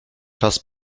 czas